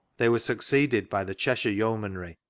they were sucoeeded by the cheshire yeomanry,